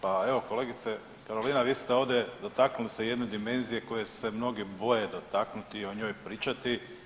Pa evo kolegice Karolina, vi ste ovdje dotaknuli ste jedne dimenzije koje se mnogi boje dotaknuti i o njoj pričati.